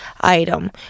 item